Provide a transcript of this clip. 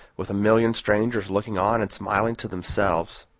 with a million strangers looking on and smiling to themselves.